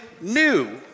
new